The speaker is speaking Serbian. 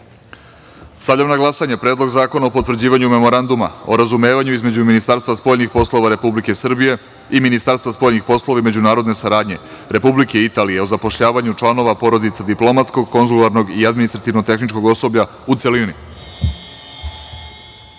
zakona. Stavljam na glasanje Predlog zakona o potvrđivanju Memoranduma o razumevanju između Ministarstva spoljnih poslova Republike Srbije i Ministarstva spoljnih poslova i međunarodne saradnje Republike Italije o zapošljavanju članova porodica diplomatskog, konzularnog i administrativno-tehničkog osoblja, u